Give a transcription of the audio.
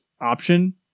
option